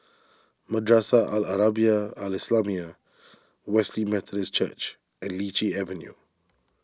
Madrasah Al Arabiah Al Islamiah Wesley Methodist Church and Lichi Avenue